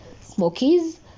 smokies